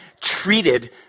treated